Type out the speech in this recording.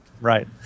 Right